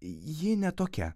ji ne tokia